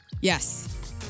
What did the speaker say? Yes